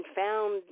found